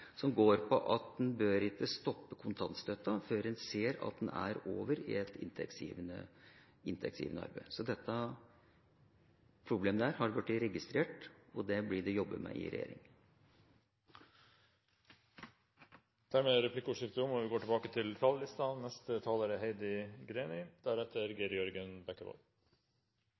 som går på at man ikke bør stoppe kontantstøtten før man ser at man er over i inntektsgivende arbeid. Så dette problemet er blitt registrert, og det blir det jobbet med i regjeringa. Replikkordskiftet er omme. Senterpartiet vil ha en innvandrings- og integreringspolitikk som setter menneskeverd i fokus, og